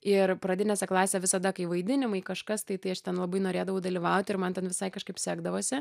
ir pradinėse klasė visada kai vaidinimai kažkas tai tai aš ten labai norėdavau dalyvauti ir man ten visai kažkaip sekdavosi